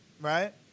right